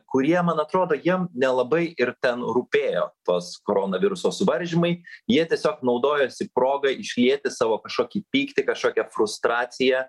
kurie man atrodo jiem nelabai ir ten rūpėjo tos koronaviruso suvaržymai jie tiesiog naudojosi proga išlieti savo kažkokį pyktį kažkokią frustraciją